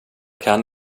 kan